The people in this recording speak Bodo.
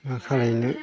मा खालामनो